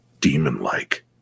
demon-like